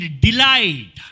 delight